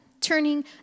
turning